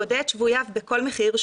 פודה את שבוייו בכל מחיר,